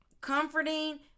comforting